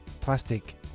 plastic